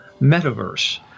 metaverse